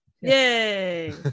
yay